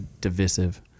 Divisive